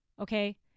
okay